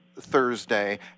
Thursday